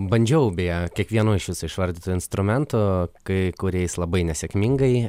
bandžiau beje kiekvienu iš jūsų išvardytų instrumentų kai kuriais labai nesėkmingai